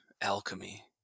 Alchemy